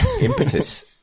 impetus